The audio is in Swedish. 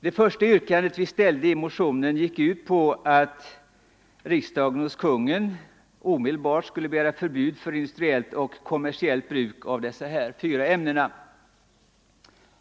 Det första yrkandet vi ställde i motionen gick ut på att riksdagen hos kungen omedelbart skulle begära förbud för industriellt och kommersiellt bruk av dessa fyra ämnen.